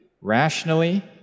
rationally